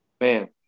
man